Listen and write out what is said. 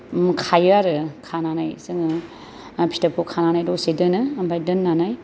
खायो आरो खानानै जोङो फिथोबखौ खानानै दसे दोनो ओमफाय दोननानै